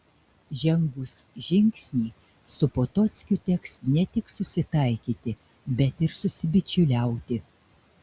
žengus žingsnį su potockiu teks ne tik susitaikyti bet ir susibičiuliauti